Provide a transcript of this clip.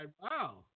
Wow